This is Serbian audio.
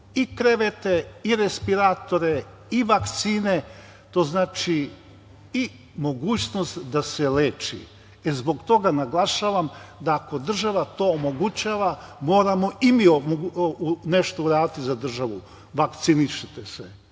i krevete i respiratore i vakcine, to znači i mogućnost da se leči. E, zbog toga naglašavam, da ako država to omogućava, moramo i mi nešto uraditi za državu. Vakcinišite se.